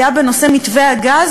היה בנושא מתווה הגז,